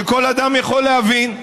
שכל אדם יכול להבין,